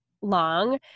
long